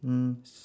mm s~